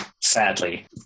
Sadly